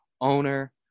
owner